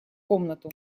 комнату